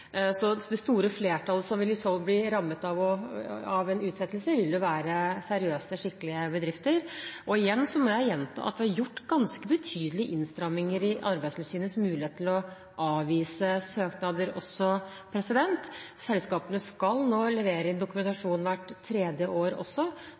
Så det store flertallet som i så fall ville blitt rammet av en utsettelse, ville jo være seriøse og skikkelige bedrifter. Jeg må gjenta at vi har gjort ganske betydelige innstramminger i Arbeidstilsynets muligheter til å avvise søknader også. Selskapene skal nå levere